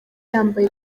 yambaye